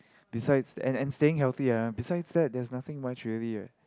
besides and and staying healthy eh besides that there's nothing much really eh